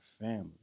family